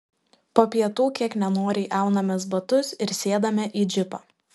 po pietų kiek nenoriai aunamės batus ir sėdame į džipą